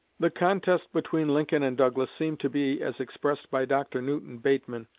the contest between lincoln and douglas seemed to be, as expressed by dr. newton bateman,